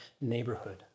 neighborhood